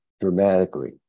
dramatically